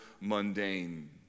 mundane